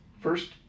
first